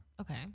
Okay